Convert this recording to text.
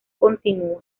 continúa